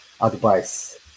advice